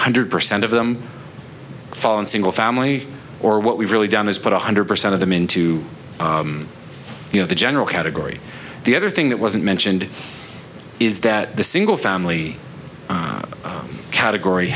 hundred percent of them fall in single family or what we've really done is put one hundred percent of them into you know the general category the other thing that wasn't mentioned is that the single family category